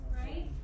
right